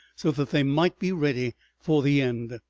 so that they might be ready for the end.